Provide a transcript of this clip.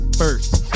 first